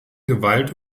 gewalt